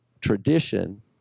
tradition